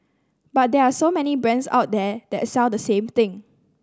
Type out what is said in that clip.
but there are so many brands out there that sell the same thing